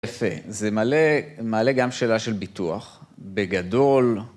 יפה, זה מעלה גם שאלה של ביטוח, בגדול.